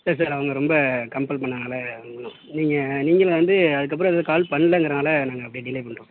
சரி சார் அவங்க ரொம்ப கம்பள் பண்ணதுனால ஒன்றும் நீங்கள் நீங்களும் வந்து அதுக்கப்புறம் எதுவும் கால் பண்லங்கிறதுனால நாங்கள் அப்படியே டிலே பண்ணிட்டோம்